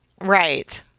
Right